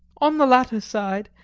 on the latter side,